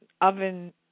oven